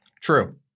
True